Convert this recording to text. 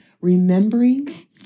Remembering